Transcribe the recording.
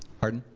pardon?